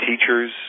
teachers